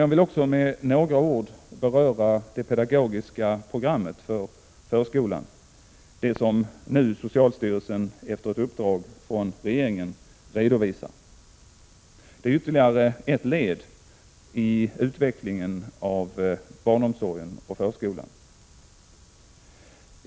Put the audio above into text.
Jag vill också med några ord beröra det pedagogiska programmet för förskolan, det som socialstyrelsen nu efter ett uppdrag från regeringen redovisar. Det är ytterligare ett led i utvecklingen av barnomsorgen och förskolan.